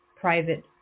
private